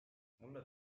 mulle